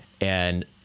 and-